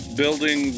building